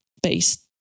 based